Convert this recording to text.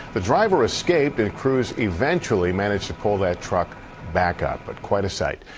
the driver escaped and crews eventually managed to pull that truck back up but quite a site.